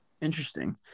Interesting